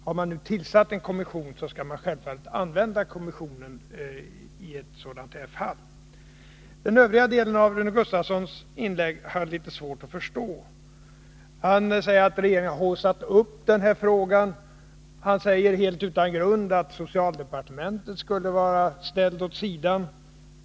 Har man tillsatt en kommission, skall man självfallet använda kommissionen i ett sådant här fall. Den övriga delen av Rune Gustavssons inlägg har jag litet svårt att förstå. Han säger att regeringen haussat upp den här frågan. Han säger helt utan grund att socialdepartementet skulle vara ställt åt sidan.